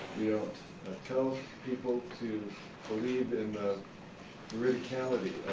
we don't tell people to believe in the veridicality